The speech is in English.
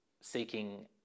seeking